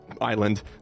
island